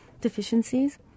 deficiencies